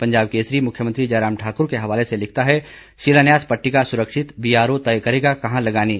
पंजाब केसरी मुख्यमंत्री जयराम ठाक्र के हवाले से लिखता है शिलान्यास पट्टिका सुरक्षित बीआरओ तय करेगा कहां लगानी